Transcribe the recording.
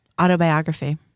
autobiography